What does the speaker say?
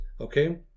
okay